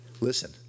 listen –